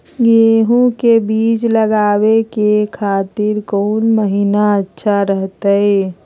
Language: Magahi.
गेहूं के बीज लगावे के खातिर कौन महीना अच्छा रहतय?